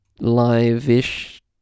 live-ish